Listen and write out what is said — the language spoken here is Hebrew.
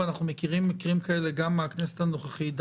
ואנחנו מכירים מקרים כאלה גם מן הכנסת הנוכחית,